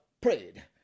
prayed